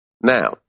Now